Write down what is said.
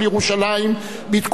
מתקופת בית ראשון,